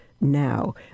Now